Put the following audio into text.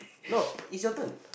no is your turn